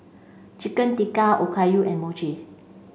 Chicken Tikka Okayu and Mochi